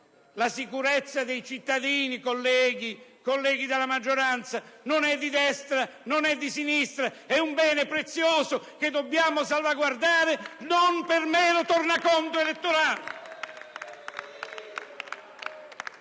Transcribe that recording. La sicurezza dei cittadini, colleghi della maggioranza, non è di destra e non è di sinistra: è un bene prezioso che dobbiamo salvaguardare, non per mero tornaconto elettorale.